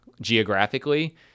geographically